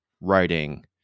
writing